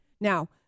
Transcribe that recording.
Now